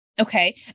Okay